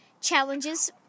challenges